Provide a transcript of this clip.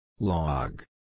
Log